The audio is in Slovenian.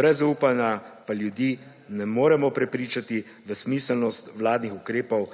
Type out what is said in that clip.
Brez zaupanja pa ljudi ne moremo prepričati v smiselnost vladnih ukrepov.